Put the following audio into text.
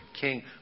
king